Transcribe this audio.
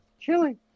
chili